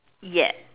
yes